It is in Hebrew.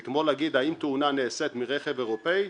זה כמו להגיד: האם תאונה נעשית מרכב אירופי,